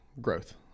growth